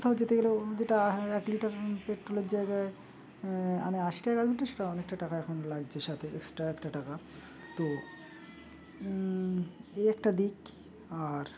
কোথাও যেতে গেলে যেটা এক লিটার পেট্রোলের জায়গায় মানে আশি টাকা লিটার সেটা অনেকটা টাকা এখন লাগছে সাথে এক্সট্রা একটা টাকা তো এই একটা দিক আর